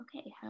okay